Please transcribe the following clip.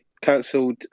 cancelled